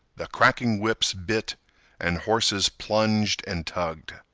the cracking whips bit and horses plunged and tugged.